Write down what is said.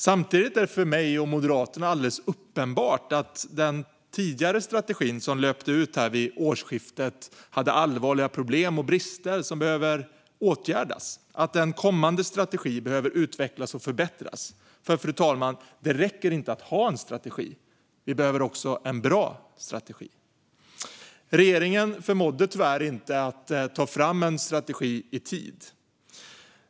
Samtidigt är det för mig och Moderaterna alldeles uppenbart att den tidigare strategin, som löpte ut vid årsskiftet, hade allvarliga problem och brister som behöver åtgärdas. En kommande strategi behöver utvecklas och förbättras, fru talman, för det räcker inte att ha en strategi. Det behöver också vara en bra strategi. Regeringen förmådde tyvärr inte ta fram en ny strategi i tid.